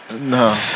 No